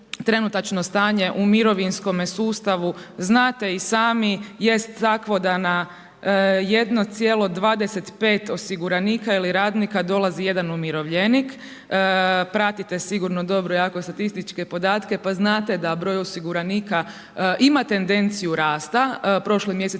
trenutačno stanje u mirovinskome sustavu, znate i sami, jest takvo da na, 1,25 osiguranika ili radnika dolazi 1 umirovljenik. Pratite sigurno, dobro jako statističke podatke, pa znate da broj osiguranika ima tendenciju rasta, prošli mjesec